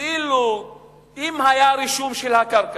כאילו אם היה רישום של הקרקע,